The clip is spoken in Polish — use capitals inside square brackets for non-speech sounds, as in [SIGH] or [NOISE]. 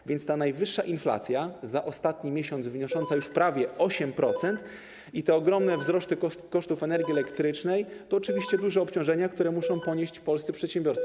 A więc ta najwyższa inflacja za ostatni miesiąc wynosząca już prawie 8% [NOISE] i te ogromne wzrosty kosztów energii elektrycznej to oczywiście duże obciążenia, które muszą ponieść polscy przedsiębiorcy.